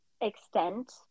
extent